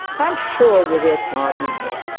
i am sure you will pardon me.